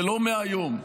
ולא מהיום,